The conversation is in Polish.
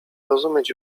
rozumieć